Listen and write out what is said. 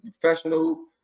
professional